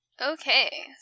Okay